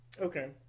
Okay